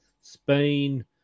Spain